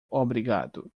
obrigado